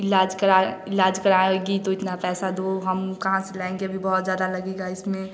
इलाज कराए इलाज कराएगी तो इतना पैसा दो हम कहाँ से लाएँगे अभी बहुत ज़्यादा लगेगा इसमें